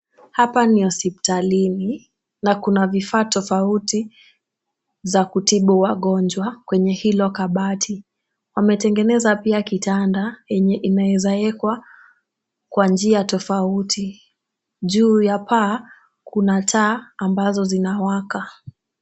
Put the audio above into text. Hapa ni hospitalini na kuna vifaa tofauti za kutibu wagonjwa kwenye hilo kabati. Wametengeneza pia kitanda yenye inawezaekwa kwa njia tofauti, juu ya paa kuna taa ambazo zinawaka.